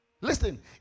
listen